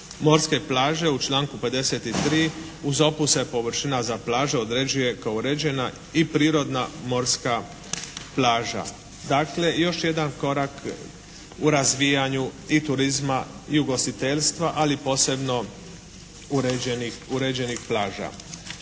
se ne razumije./ … se površina za plaže određuje kao uređena i prirodna morska plaža. Dakle još jedan korak u razbijanju i turizma i ugostiteljstva ali posebno uređenih,